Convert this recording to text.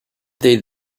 they